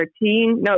no